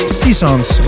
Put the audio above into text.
seasons